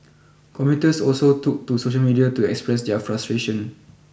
commuters also took to social media to express their frustration